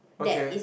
okay